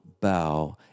bow